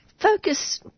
Focus